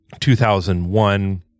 2001